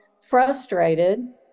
frustrated